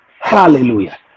Hallelujah